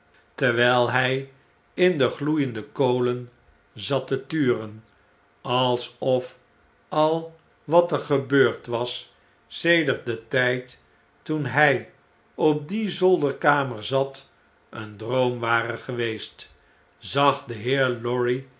terwyl hy in de gloeiende kolen zat te turen alsof al wat er gebeurd was sedert den tgd toen hjj op die zolderkamer zat een droom ware geweest zag de heer lorry